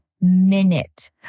minute